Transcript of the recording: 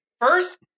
First